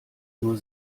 nur